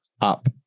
up